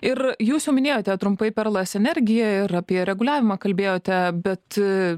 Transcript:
ir jūs jau minėjote trumpai perlas energija ir apie reguliavimą kalbėjote bet